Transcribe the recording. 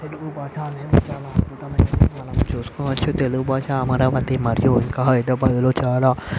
తెలుగు భాష అనేది చాలా అద్భుతమైనది మనం చూసుకోవచ్చు తెలుగు భాష అమరావతి మరియు ఇంకా హైదరాబాద్లో చాలా